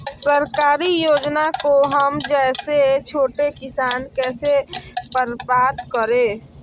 सरकारी योजना को हम जैसे छोटे किसान कैसे प्राप्त करें?